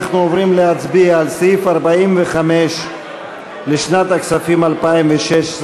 אנחנו עוברים להצביע על סעיף 45 לשנת הכספים 2016,